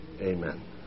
amen